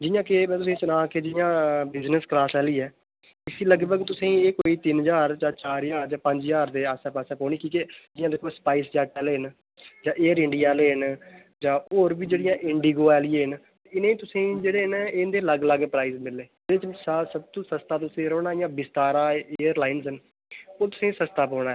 जि'यां कि में तु'सें ई सनांऽ कि जि'यां बिजनेस क्लास आह्ली ऐ इस्सी लगभग तु'सें ई कोई तिन्न ज्हार जां चार ज्हार जां पंज ज्हार दे आस्सै पास्सै पौनी की के जि'यां दिक्खो स्पाइस जैट्ट आह्ले न जां एयरइंडिया आह्ले न जां होर बी जेह्ड़ियां इंडिगो आह्ले न इ'नें ई तुसें ई जेह्ड़े न इं'दे लग्ग लग्ग प्राइस मिलने ते तुस सब तों सस्ता तुसें ई रौह्ना इ'यां विस्तारा एयरलाइनज न ओह् तुसें ई सस्ता पौना ऐ